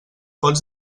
pots